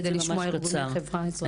כדי לשמוע ארגוני חברה אזרחית.